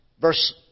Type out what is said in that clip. verse